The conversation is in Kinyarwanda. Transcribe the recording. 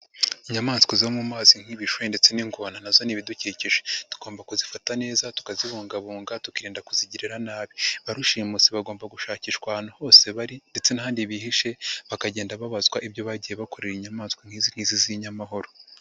Inyamaswa zo mu mazi nk'ibishure ndetse n'ingona na zo ni ibidukikije tugomba kuzifata neza tukazibungabunga tukirinda kuzigirira nabi, ba rushimusi bagomba gushakishwa ahantu hose bari ndetse n'ahandi bihishe bakagenda babazwa ibyo bagiye bakorera inyamaswa nk'izi ngizi z'inyamahoro.